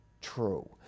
true